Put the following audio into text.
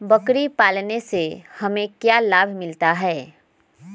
बकरी पालने से हमें क्या लाभ मिलता है?